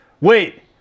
Wait